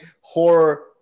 horror